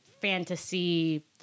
fantasy